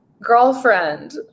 Girlfriend